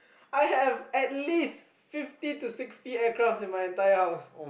I have at least fifty to sixty aircraft in my entire house